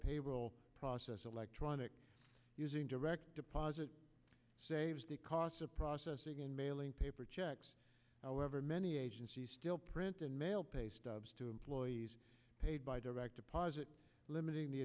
payroll processor electronic using direct deposit saves the cost of processing and mailing paper checks however many agencies still print and mail pay stubs to employees paid by direct deposit limiting the